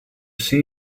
see